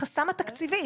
שזה המרכזים,